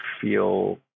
feel